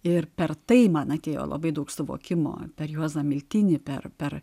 ir per tai man atėjo labai daug suvokimo per juozą miltinį per per